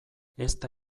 ezta